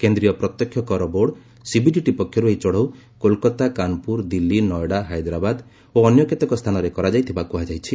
କେନ୍ଦ୍ରୀୟ ପ୍ରତ୍ୟକ୍ଷ କର ବୋର୍ଡ ସିବିଡିଟି ପକ୍ଷରୁ ଏହି ଚଢ଼ଉ କୋଲକାତା କାନପ୍ରର ଦିଲ୍ଲୀ ନଏଡା ହାଇଦାବାଦ ଓ ଅନ୍ୟ କେତେକ ସ୍ଥାନରେ କରାଯାଇଥିବା କୁହାଯାଇଛି